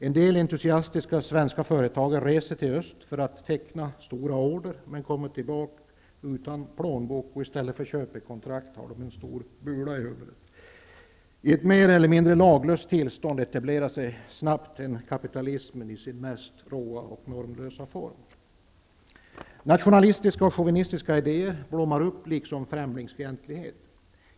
En del entusiastiska svenska företagare reser till öst för att teckna stora order men kommer tillbaka utan plånbok, och i stället för köpekontrakt har de en stor bula i huvudet. I ett mer eller mindre laglöst tillstånd etablerar sig snabbt kapitalismen i sin mest råa och normlösa form. Nationalistiska och chauvinistiska idéer blommar upp, liksom främlingsfientlighet.